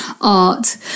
art